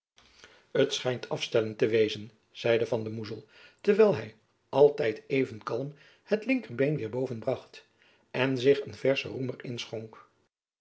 t schijnt afstellen te wezen zeide van de moezel terwijl hy altijd even kalm het linker been jacob van lennep elizabeth musch weêr boven bracht en zich een verschen roemer